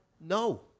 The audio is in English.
no